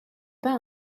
pas